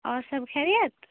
اور سب خیریت